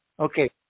Okay